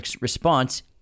response